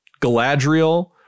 Galadriel